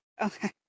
okay